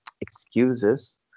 excuses